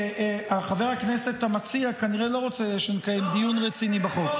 חבר הכנסת המציע כנראה לא רוצה שנקיים דיון רציני בחוק.